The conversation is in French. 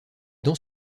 dents